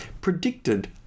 predicted